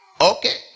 Okay